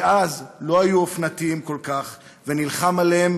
שאז לא היו אופנתיים כל כך, ונלחם עליהם